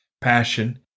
passion